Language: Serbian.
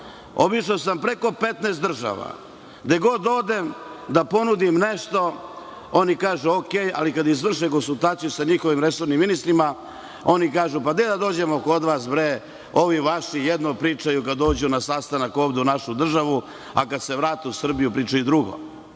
Obišao sam preko 15 država. Gde god odem da ponudim nešto, oni kažu – okej, ali kada izvrše konsultaciju sa njihovim resornim ministrima, kažu – gde da dođemo kod vas, ovi vaši jedno pričaju kada dođu na sastanak ovde u našu državu, a kada se vrate u Srbiju, pričaju drugo. Danas